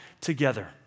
together